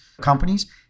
companies